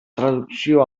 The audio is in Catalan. traducció